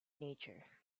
nature